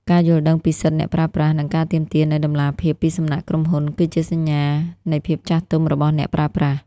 ការយល់ដឹងពីសិទ្ធិអ្នកប្រើប្រាស់ និងការទាមទារនូវតម្លាភាពពីសំណាក់ក្រុមហ៊ុន គឺជាសញ្ញានៃភាពចាស់ទុំរបស់អ្នកប្រើប្រាស់។